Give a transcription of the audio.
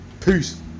Peace